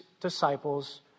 disciples